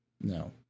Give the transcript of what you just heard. No